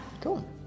Cool